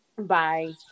Bye